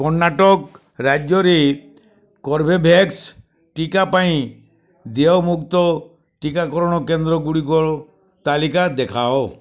କର୍ଣ୍ଣାଟକ ରାଜ୍ୟରେ କର୍ବେଭ୍ୟାକ୍ସ ଟିକା ପାଇଁ ଦେୟମୁକ୍ତ ଟିକାକରଣ କେନ୍ଦ୍ରଗୁଡ଼ିକର ତାଲିକା ଦେଖାଅ